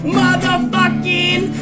motherfucking